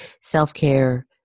Self-care